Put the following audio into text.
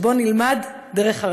שבו נלמד דרך הרגליים".